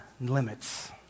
limits